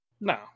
No